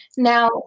Now